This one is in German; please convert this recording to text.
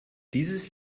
dieses